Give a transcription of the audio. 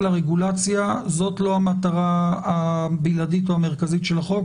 הרגולציה זאת לא המטרה הבלעדית או המרכזית של החוק.